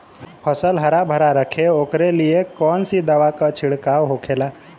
फसल हरा भरा रहे वोकरे लिए कौन सी दवा का छिड़काव होखेला?